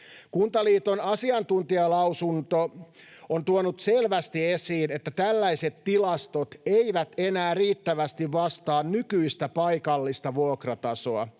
Kuntaliiton asiantuntijalausunto on tuonut selvästi esiin, että tällaiset tilastot eivät enää riittävästi vastaa nykyistä paikallista vuokratasoa.